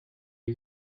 you